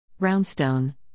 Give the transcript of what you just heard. Roundstone